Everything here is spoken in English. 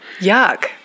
yuck